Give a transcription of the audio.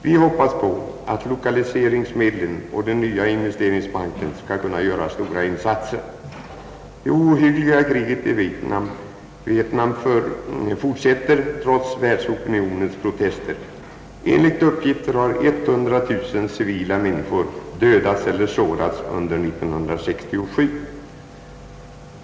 Vi hoppas på att lokaliseringsmedlen och den nya investeringsbanken skall kunna göra stora insatser. Det ohyggliga kriget i Vietnam fortsätter trots världsopinionens protester. Enligt uppgift har 100 000 civilpersoner dödats eller sårats under 1967.